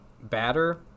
batter